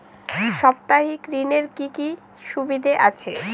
সাপ্তাহিক ঋণের কি সুবিধা আছে?